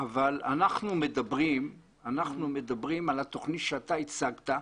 אבל אנחנו מדברים על התוכנית שאתה הצגת,